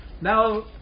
now